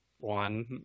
one